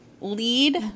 lead